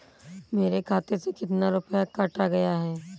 मेरे खाते से कितना रुपया काटा गया है?